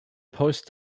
post